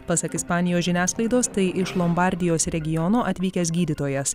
pasak ispanijos žiniasklaidos tai iš lombardijos regiono atvykęs gydytojas